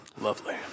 Lovely